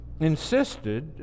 insisted